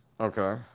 Okay